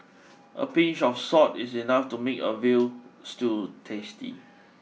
a pinch of salt is enough to make a veal stew tasty